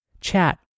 chat